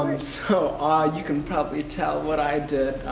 um and so, ah you can probably tell what i